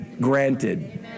granted